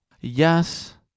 Yes